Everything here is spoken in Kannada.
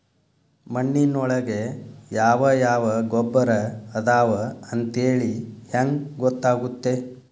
ಮಣ್ಣಿನೊಳಗೆ ಯಾವ ಯಾವ ಗೊಬ್ಬರ ಅದಾವ ಅಂತೇಳಿ ಹೆಂಗ್ ಗೊತ್ತಾಗುತ್ತೆ?